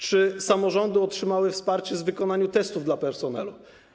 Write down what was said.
Czy samorządy otrzymały wsparcie w wykonaniu testów dla personelu?